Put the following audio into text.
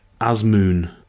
Asmoon